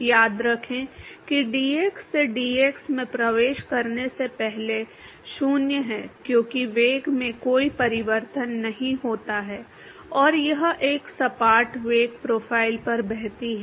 याद रखें कि dx से dx में प्रवेश करने से पहले 0 है क्योंकि वेग में कोई परिवर्तन नहीं होता है और यह एक सपाट वेग प्रोफ़ाइल पर बहती है